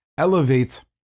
elevate